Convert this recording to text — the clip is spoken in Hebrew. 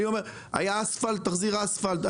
אני אומר היה אספלט תחזיר אספלט,